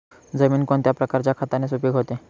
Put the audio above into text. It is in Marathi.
जमीन कोणत्या प्रकारच्या खताने सुपिक होते?